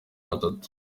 batatu